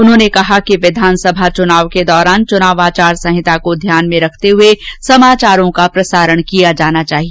उन्होंने कहा कि विधानसभा चुनाव के दौरान चुनाव आचार संहिता को ध्यान में रखते हुए समाचारों का प्रसारण किया जाना चाहिए